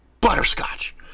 butterscotch